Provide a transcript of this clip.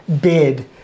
bid